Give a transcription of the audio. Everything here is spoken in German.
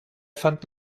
fanden